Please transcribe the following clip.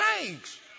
change